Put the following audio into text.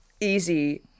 easy